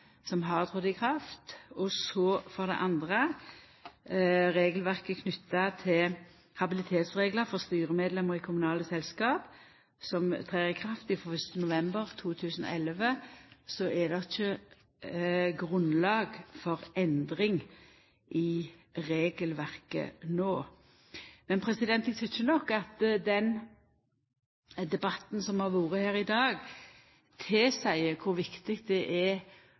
andre regelverket knytt til habilitetsreglar for styremedlemmer i kommunale selskap, som vil gjelda frå hausten november 2011, er det ikkje grunnlag for endringar i regelverket no. Men eg tykkjer nok at den debatten som har vore her i dag, viser kor viktig det er